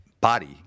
body